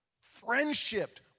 friendship